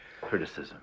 criticism